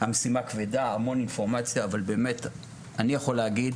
אני מסתכל על מה שקורה באוניברסיטאות,